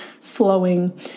flowing